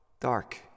Dark